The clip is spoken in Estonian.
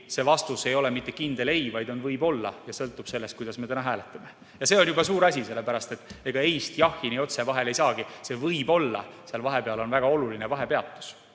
see vastus ei ole mitte kindel "ei", vaid on "võib-olla" – sõltub sellest, kuidas me hääletame. Ja see on juba suur asi, sellepärast et ega "eist" "jahhi" nii otse vahel ei saagi, see "võib-olla" seal vahepeal on väga oluline vahepeatus.